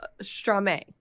strame